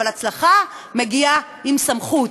אבל הצלחה מגיעה עם סמכות,